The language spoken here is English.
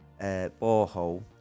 borehole